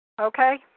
Okay